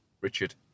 Richard